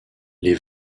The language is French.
les